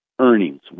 earnings